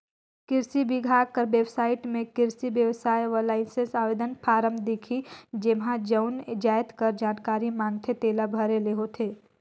किरसी बिभाग कर बेबसाइट में किरसी बेवसाय बर लाइसेंस आवेदन फारम दिखही जेम्हां जउन जाएत कर जानकारी मांगथे तेला भरे ले होथे